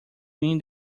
mean